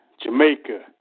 Jamaica